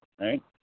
right